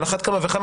על אחת כמה וכמה,